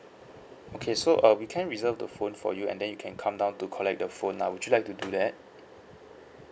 okay so uh we can reserve the phone for you and then you can come down to collect the phone lah would you like to do that